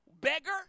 beggar